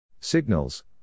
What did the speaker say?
Signals